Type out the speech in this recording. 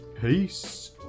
Peace